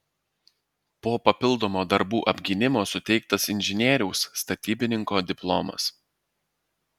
po papildomo darbų apgynimo suteiktas inžinieriaus statybininko diplomas